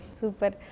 Super